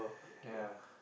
ya